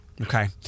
Okay